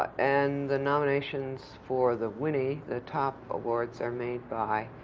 and the nominations for the winnie, the top awards, are made by